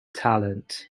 talent